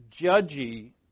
judgy